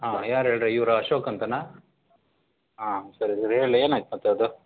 ಹಾಂ ಯಾರು ಹೇಳ್ರಿ ಇವ್ರು ಅಶೋಕ್ ಅಂತಲಾ ಆಂ ಸರಿ ನೀವು ಹೇಳಿ ಏನಾಯ್ತು ಮತ್ತೆ ಅದು